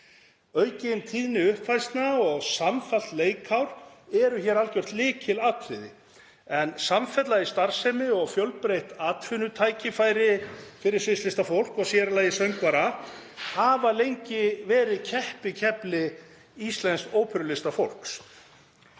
Aukin tíðni uppfærslna og samfellt leikár er hér algjört lykilatriði en samfella í starfsemi og fjölbreytt atvinnutækifæri fyrir sviðslistafólk, og sér í lagi söngvara, hafa lengi verið keppikefli íslensks óperulistafólks.